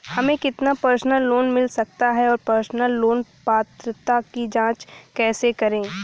हमें कितना personal loan मिल सकता है और पर्सनल लोन पात्रता की जांच कैसे करें?